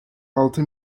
altı